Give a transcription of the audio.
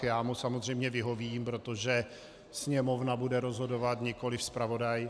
Já mu samozřejmě vyhovím, protože Sněmovna bude rozhodovat, nikoli zpravodaj.